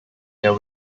their